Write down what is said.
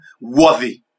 worthy